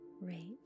rate